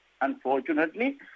Unfortunately